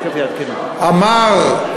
אמר,